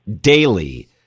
daily